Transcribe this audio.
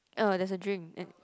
ah there's a drink and